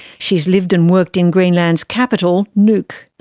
she has lived and worked in greenland's capital, nuuk.